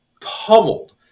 pummeled